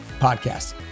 podcast